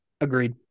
Agreed